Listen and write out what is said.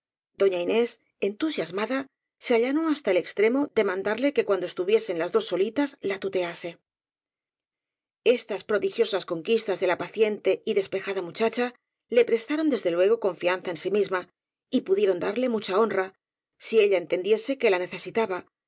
doña inés entusiasmada se allanó hasta el extremo de mandarle que cuando estuviesen las dos sólitas la tutease estas prodigiosas conquistas de la paciente y despejada muchacha le prestaron desde luego con fianza en sí misma y pudieron darle mucha honra si ella entendiese que la necesitaba